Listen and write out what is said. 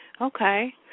Okay